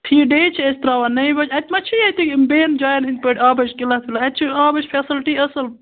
فی day چھِ أسۍ تراوان نَیہِ بَجہِ اَتہ مہ چھُ ییٚتہ بیٚیَن جایَن ہٕنٛدۍ پٲٹھۍ آبٕچ قلت ولت اتہِ چھِ آبٕچ فیسلٹی اصل